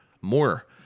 more